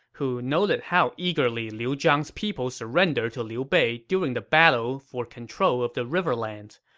who noted how eagerly liu zhang's people surrendered to liu bei during the battle for control of the riverlands.